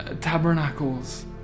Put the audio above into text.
Tabernacles